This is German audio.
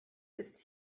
ist